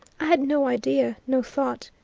i had no idea, no thought.